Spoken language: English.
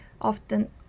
often